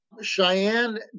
cheyenne